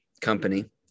Company